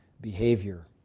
behavior